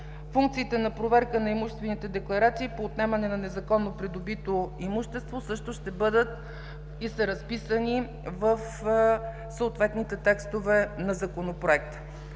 Функциите на проверка на имуществените декларации по отнемане на незаконно придобито имущество също ще бъдат и са разписани в съответните текстове на Законопроекта.